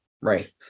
Right